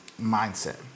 mindset